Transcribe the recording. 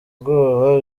ubwoba